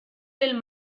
del